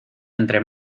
entre